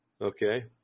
okay